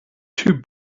two